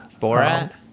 Borat